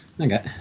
Okay